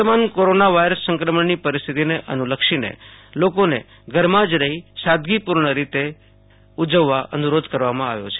પ્રવર્તમાન corona virus સંક્રમણની પરિસ્થિતિને અનુલક્ષીને લોકોને ઘરમાં જ રહી સાદગીપૂર્ણ રીતે ઉજવવા અનુરોધ કરવામાં આવ્યા છે